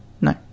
No